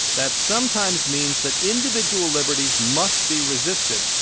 that sometimes means that individual liberties must be resisted.